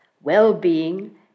well-being